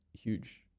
huge